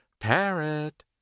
Parrot